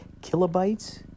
kilobytes